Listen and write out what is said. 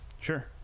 Sure